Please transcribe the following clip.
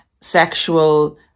sexual